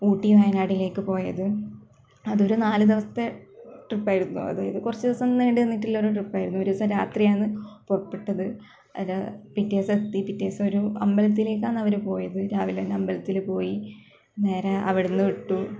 ഊട്ടി വയനാടിലേക്ക് പോയത് അതൊരു നാല് ദിവസത്തെ ട്രിപ്പ് ആയിരുന്നു അതായത് കുറച്ച് ദിവസം നീണ്ടു നിന്നിട്ടുള്ള ഒരു ട്രിപ്പ് ആയിരുന്നു ഒരു ദിവസം രാത്രിയാണ് പുറപ്പെട്ടത് പിറ്റേ ദിവസം എത്തി പിറ്റേ ദിവസം ഒരു അമ്പലത്തിലേക്കാണ് അവർ പോയത് രാവിലെ തന്നെ അമ്പലത്തിൽ പോയി നേരെ അവിടെനിന്ന് വിട്ടു